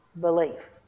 Belief